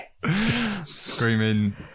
screaming